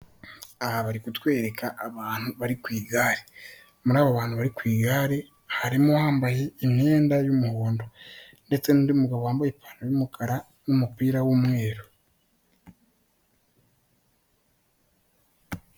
Aha bari kutwereka abantu bari ku igare muri abo bantu bari ku igare harimo bambaye imyenda y'umuhondo ndetse n'undi mugabo wambaye ipantalo y'umukara n'umupira w'umweru.